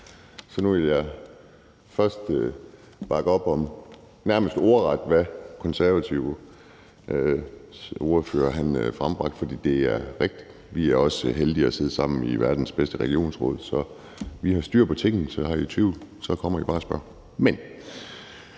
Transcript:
Så nu vil jeg først bakke nærmest ordret op om, hvad den konservative ordfører har frembragt, for det er rigtigt. Vi er også heldige at sidde sammen i verdens bedste regionsråd, så vi har styr på tingene. Så er I i tvivl om noget, kommer I bare og spørger.